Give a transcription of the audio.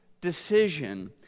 decision